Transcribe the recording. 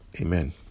amen